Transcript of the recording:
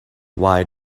why